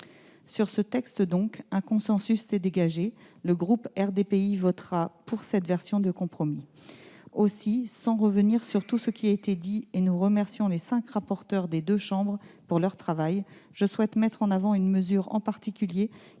Sur ce texte, donc, un consensus s'est dégagé. Le groupe RDPI votera pour cette version de compromis. Aussi, et sans revenir sur tout ce qui a déjà été dit- nous remercions les cinq rapporteurs des deux chambres pour leur travail -, je souhaite mettre en avant une mesure en particulier,